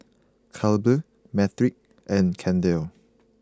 Clabe Patric and Kendell